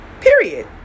period